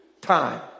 time